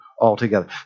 altogether